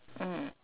mm